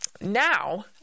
now